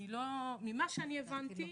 ממה שאני הבנתי,